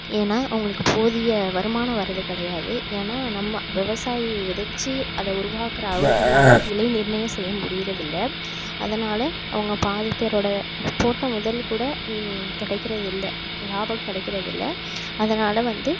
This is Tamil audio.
ஏன்னா அவங்களுக்கு போதிய வருமானம் வர்றது கிடையாது ஏன்னா நம்ம விவசாயி வெதைச்சி அதை உருவாக்குகிற அவங்களால விலை நிர்ணயம் செய்ய முடியுறது இல்லை அதனால் அவங்க பாதி பேரோடய போட்ட முதல் கூட கிடைக்கிறது இல்லை லாபம் கிடைக்கிறது இல்லை அதனால் வந்து